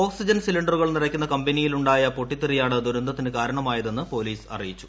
oxygen സിലിണ്ടറുകൾ നിറയ്ക്കുന്ന കമ്പനിയിൽ ഉണ്ടായ പൊട്ടിത്തെറിയാണ് ദുരന്തത്തിനു കാരണമായതെന്ന് പോലീസ് അറിയിച്ചു